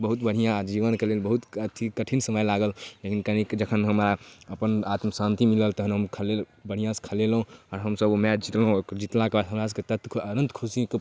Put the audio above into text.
बहुत बढ़िआँ जीवनके लेल बहुत अथी कठिन समय लागल लेकिन जखन कनि हमरा आत्मिक शान्ति मिलल तऽ हम बढ़िआँसँ खेलेलहुँ आओर हमसभ ओ मैच जितलहुँ जितलाके बाद हमरासभके अनन्त खुशीके